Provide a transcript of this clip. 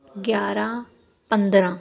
ਗਿਆਰ੍ਹਾਂ ਪੰਦਰ੍ਹਾਂ